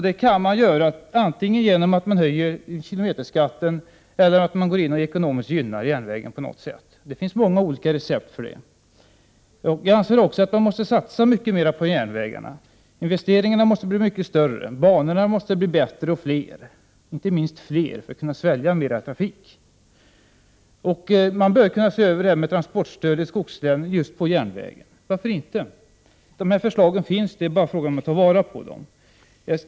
Det kan åstadkommas antingen genom att man höjer kilometerskatten eller genom att man på något sätt går in och ekonomiskt gynnar järnvägen. Det finns många olika recept. Vi i miljöpartiet anser också att man måste satsa mycket mer på järnvägarna. Investeringarna måste bli mycket större. Banorna måste bli bättre och fler, inte minst fler för att kunna svälja mer trafik. Vidare bör man se över frågan om transportstöd till skogslänen just när det gäller järnvägen. Varför inte? Dessa förslag föreligger. De handlar bara om att ta vara på dem.